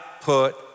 put